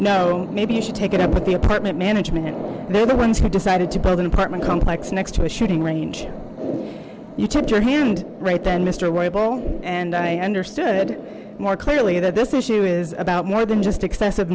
no maybe you should take it up with the apartment management they're the ones who decided to build an apartment complex next to a shooting range you tipped your hand right then mister roybal and i understood more clearly that this issue is about more than just excessive